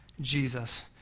Jesus